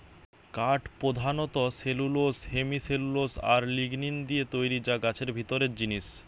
কাঠ পোধানত cellulose, hemicellulose আর লিগনিন দিয়ে তৈরি যা গাছের ভিতরের জিনিস